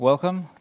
Welcome